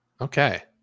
Okay